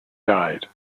died